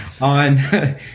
on